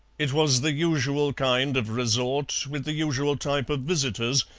it was the usual kind of resort, with the usual type of visitors,